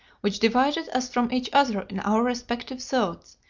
which divided us from each other in our respective thoughts,